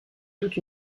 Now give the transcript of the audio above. toute